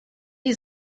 die